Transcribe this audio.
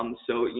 um so, yeah